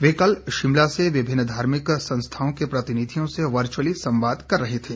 वे कल शिमला से विभिन्न धार्मिक संस्थाओं के प्रतिनिधियों से वर्चुअली संवाद कर रहे थे